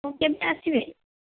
କେବେ ଆସିବେ